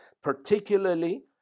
particularly